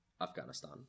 Afghanistan